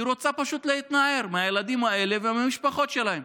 היא רוצה פשוט להתנער מהילדים האלה ומהמשפחות שלהם.